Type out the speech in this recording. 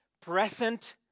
present